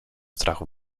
strachu